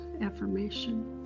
affirmation